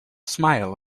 smile